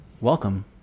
Welcome